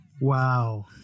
Wow